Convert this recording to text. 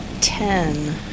ten